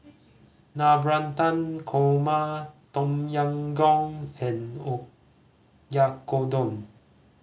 Navratan Korma Tom Yam Goong and Oyakodon